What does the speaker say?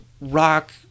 rock